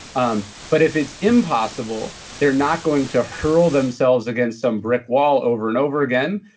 um but if it's impossible, they're not going to hurl themselves against some brick wall over and over again,